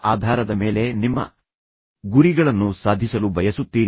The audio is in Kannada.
ಆದ್ದರಿಂದ ಇತರ ಜನರಿಂದ ನೀವು ಮಾನ್ಯವಾಗಿಲ್ಲ ನಿಮ್ಮನ್ನು ಗುರುತಿಸಲಾಗಿಲ್ಲ